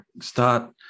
start